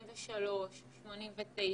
מדובר באנשים בני 73, בני 89,